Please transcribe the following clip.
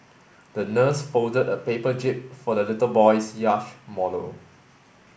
the nurse folded a paper jib for the little boy's yacht model